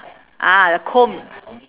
ah the comb